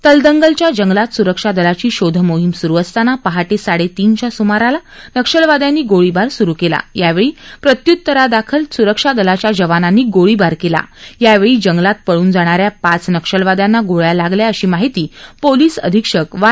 तलदंगलच्या जंगलात सुरक्षा दलाची शोध मोहीम सुरु असताना पहाटे साडेतीनच्या सुमाराला नक्षलवाद्यांनी गोळीबार सुरु केला यावेळी प्रत्युत्तरादाखल सुरक्षा दलाच्या जवानांनी गोळीबार केला यावेळी जंगलात पळून जाणाऱ्या पाच नक्षलवाद्यांना गोळ्या लागल्या अशी माहिती पोलीस अधीक्षक वाय